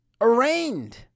Arraigned